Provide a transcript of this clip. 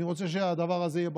אני רוצה שהדבר הזה יהיה ברור: